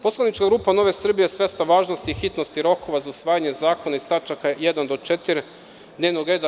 Poslanička grupa NS je svesna važnosti i hitnosti rokova za usvajanje zakona iz tačaka 1. do 4. dnevnog reda.